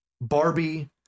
barbie